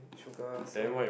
sugar so